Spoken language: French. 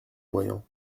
voyant